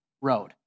road